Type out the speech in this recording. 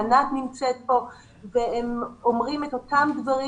נמצאת כאן ענת והם אומרים את אותם דברים